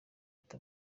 ati